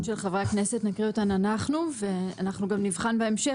של חברי הכנסת נקריא אותן אנחנו ואנחנו גם נבחן בהמשך